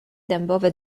dębowe